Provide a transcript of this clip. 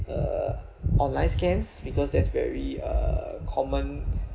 uh online scams because that's very uh common